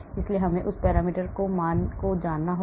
इसलिए हमें उस पैरामीटर मान को जानना होगा